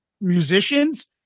musicians